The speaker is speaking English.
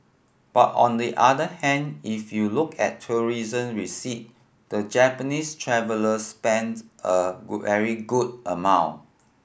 but on the other hand if you look at tourism receipts the Japanese traveller spends a very good amount